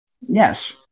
Yes